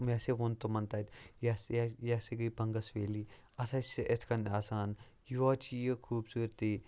مےٚ ہاسے ووٚن تِمَن تَتہِ یہِ یہِ ہَسا گٔے بَنٛگَس ویلی اَتھ ہَسے چھِ یِتھ کٔنۍ آسان یورٕ چھِ یہِ خوٗبصوٗرتی